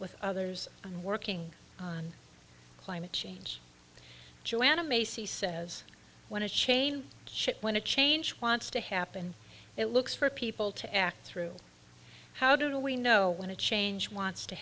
with others and working on climate change joanna macy says when a change ship when a change wants to happen it looks for people to act through how do we know when a change wants to